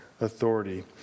authority